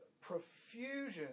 profusion